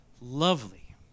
lovely